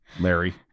Larry